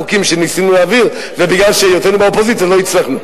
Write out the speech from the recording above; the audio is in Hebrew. בהעברת החוקים שניסינו להעביר ובגלל היותנו באופוזיציה לא הצלחנו.